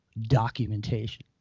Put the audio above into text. documentation